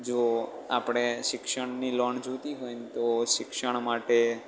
જો આપણે શિક્ષણની લોન જોઈતી હોય ને તો શિક્ષણ માટે